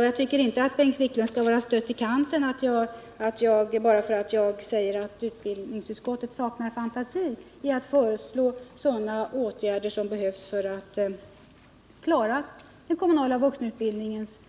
Jag tycker inte att Bengt Wiklund skall vara stött i kanten bara för att jag säger att utskottet saknar fantasi när det gäller att föreslå sådana åtgärder som behövs för att klara den kommunala vuxenutbildningens